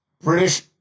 British